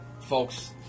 folks